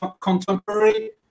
contemporary